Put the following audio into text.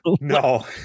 No